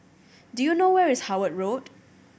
do you know where is Howard Road